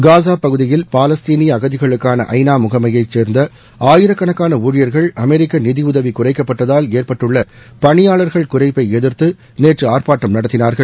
Gaza பகுதியில் பாலஸ்தீனிய அகதிகளுக்கான ஐநா முகமையை சேர்ந்த ஆயிரக்கணக்காள ஊழியர்கள் அமெரிக்க நிதியுதவி குறைக்கப்பட்டதால் ஏற்பட்டுள்ள பணியாளர்கள் குறைப்பை எதிர்த்து நேற்று ஆர்ப்பாட்டம் நடத்தினார்கள்